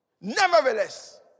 Nevertheless